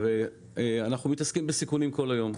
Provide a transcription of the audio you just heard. אנחנו מתעסקים בסיכונים כל היום.